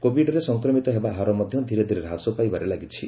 କୋବିଡରେ ସଂକ୍ରମିତ ହେବା ହାର ମଧ୍ୟ ଧୀରେ ଧୀରେ ହ୍ରାସ ପାଇବାରେ ଲାଗିଛି